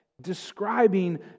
Describing